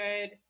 good